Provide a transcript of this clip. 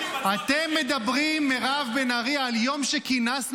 אתם מדברים, מירב בן ארי, על יום שכינסנו